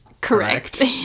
Correct